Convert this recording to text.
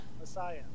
Messiah